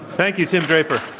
thank you, tim draper.